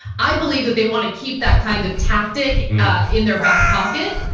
i believe that they want to keep that kind of tactic in their back pocket.